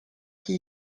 qui